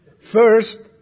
First